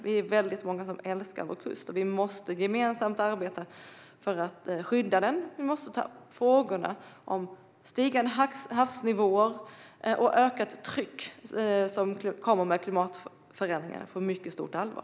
Vi är många som älskar vår kust, och vi måste arbeta gemensamt för att skydda den. Vi måste ta frågorna om stigande havsnivåer och ökat tryck som kommer med klimatförändringarna på mycket stort allvar.